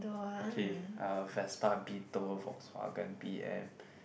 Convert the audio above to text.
okay uh Vespa Beetle Volkswagen b_m